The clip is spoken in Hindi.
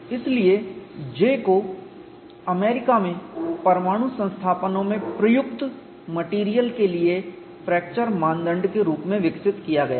इसलिए J को अमेरिका में परमाणु संस्थापनों में प्रयुक्त मेटेरियल के लिए फ्रैक्चर मानदंड के रूप में विकसित किया गया है